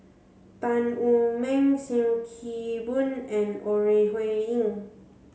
Tan Wu Meng Sim Kee Boon and Ore Huiying